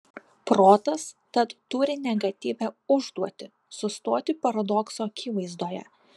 protas tad turi negatyvią užduotį sustoti paradokso akivaizdoje